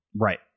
Right